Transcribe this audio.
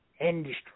Industry